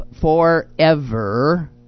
forever